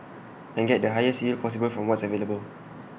and get the highest yield possible from what's available